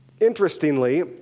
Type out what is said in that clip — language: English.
Interestingly